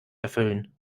erfüllen